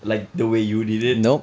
like the way you did it